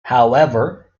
however